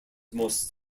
most